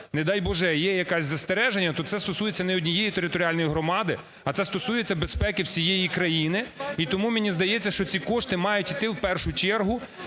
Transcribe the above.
не дай Боже, є якесь застереження, то це стосується не однієї територіальної громади, а це стосується безпеки всієї країни. І тому, мені здається, що ці кошти мають йти, в першу чергу,